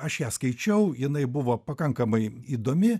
aš ją skaičiau jinai buvo pakankamai įdomi